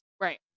Right